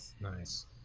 Nice